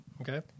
Okay